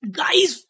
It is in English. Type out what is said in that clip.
guys